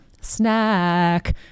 snack